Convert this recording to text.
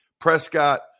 Prescott